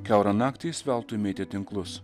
kiaurą naktį jis veltui mėtė tinklus